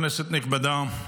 כנסת נכבדה,